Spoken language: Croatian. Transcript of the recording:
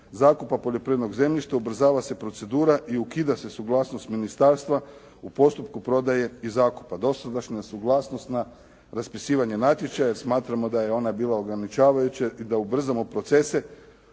zakupa poljoprivrednog zemljišta, ubrzava se procedura i ukida se suglasnost ministarstva u postupku prodaje i zakupa. Dosadašnja suglasnost na raspisivanje natječaja smatramo da je ona bila ograničavajuća i da ubrzamo procese